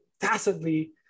tacitly